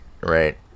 right